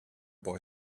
boy